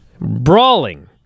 Brawling